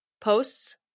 posts